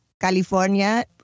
California